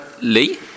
Lee